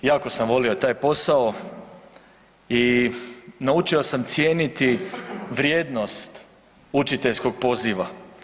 Jako sam volio taj posao i naučio sam cijeniti vrijednost učiteljskog poziva.